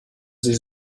sie